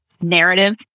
narrative